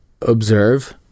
observe